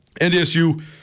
NDSU